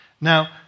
Now